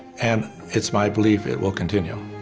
and it's my belief it will continue.